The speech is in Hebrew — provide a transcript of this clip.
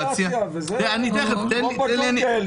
נבטל את כל הרגולציה, כמו בג'ונגל.